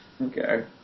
Okay